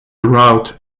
route